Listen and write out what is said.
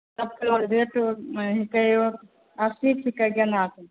सब फूलके रेट हेतै ओ अस्सी छिकै गेन्दाके